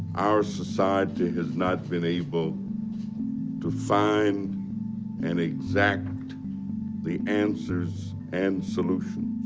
our society has not been able to find and exact the answers and solutions